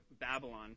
babylon